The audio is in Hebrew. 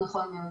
נכון מאוד.